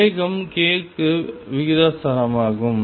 வேகம் k க்கு விகிதாசாரமாகும்